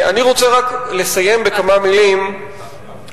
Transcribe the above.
אני רוצה רק לסיים בכמה מלים ולומר: